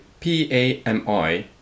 PAMI